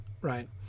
Right